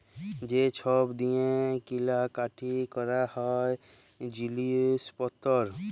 যে ছব দিঁয়ে কিলা কাটি ক্যরা হ্যয় জিলিস পত্তর